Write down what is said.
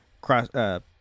cross